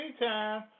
anytime